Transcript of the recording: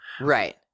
Right